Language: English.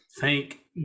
thank